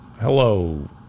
Hello